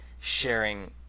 sharing